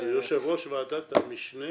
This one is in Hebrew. יושב-ראש ועדת המשנה